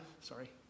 sorry